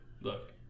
look